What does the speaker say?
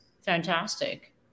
fantastic